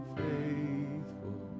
faithful